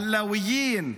אלאוויין,